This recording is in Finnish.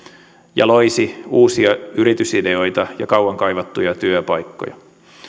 ja loisi uusia yritysideoita ja kauan kaivattuja työpaikkoja